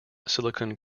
silicon